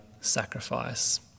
sacrifice